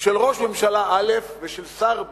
של ראש ממשלה א' ושל שר ב'